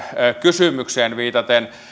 kysymykseen viitaten